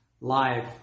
live